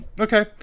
Okay